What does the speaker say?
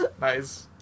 Nice